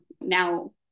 now